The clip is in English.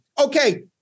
Okay